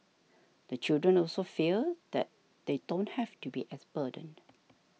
the children also feel that they don't have to be as burdened